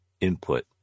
input